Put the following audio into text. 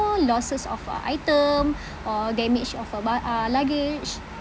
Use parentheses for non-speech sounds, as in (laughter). losses of uh item (breath) or damage of a ba~ uh luggage